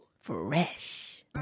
Fresh